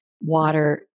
water